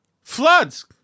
Floods